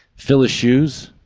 fila shoes.